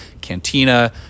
Cantina